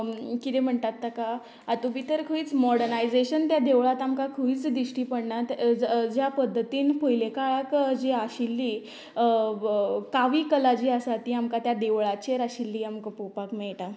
कितें म्हणटात ताका हातूंत भितर खंयच मोडर्नायजेशन त्या देवळांत आमकां खंयच दिश्टी पडनात जर ज्या पद्दतीन पयलें काळाक जी आशिल्ली कावी कला जी आसात ती आमकां त्या देवळाचेर आशिल्ली आमकां पोवपाक मेळटा